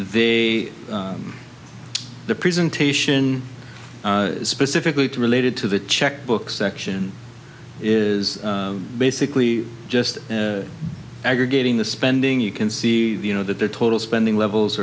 they the presentation specifically to related to the checkbook section is basically just aggregating the spending you can see you know that the total spending levels